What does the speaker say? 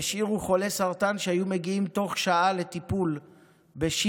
והשאירו חולי סרטן שהיו מגיעים תוך שעה לטיפול בשיבא